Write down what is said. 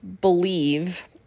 believe